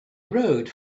rode